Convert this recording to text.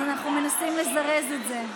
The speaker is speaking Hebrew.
אז אנחנו מנסים לזרז את זה.